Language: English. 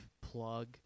plug